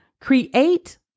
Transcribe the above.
Create